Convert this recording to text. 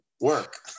work